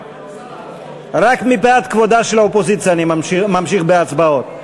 רק מפאת כבודה של האופוזיציה אני ממשיך בהצבעות,